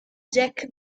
jack